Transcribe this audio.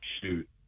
shoot